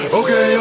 okay